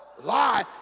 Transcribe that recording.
Lie